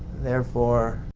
therefore,